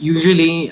Usually